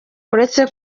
uretse